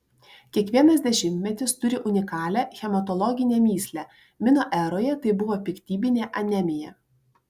kiekvienas dešimtmetis turi unikalią hematologinę mįslę mino eroje tai buvo piktybinė anemija